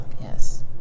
Yes